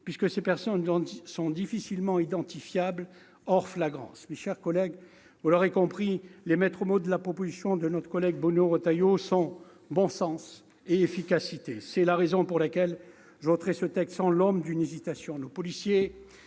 puisque ces personnes sont difficilement identifiables hors flagrance. Mes chers collègues, vous l'aurez compris, les maîtres mots de la proposition de loi de notre collègue Bruno Retailleau sont bon sens et efficacité. C'est la raison pour laquelle je voterai ce texte sans l'ombre d'une hésitation.